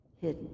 hidden